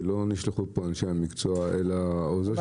שלא נשלחו לפה אנשי המקצוע אלא העוזר של השרה.